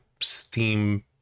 Steam